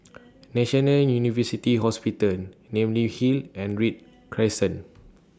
National University Hospital Namly Hill and Read Crescent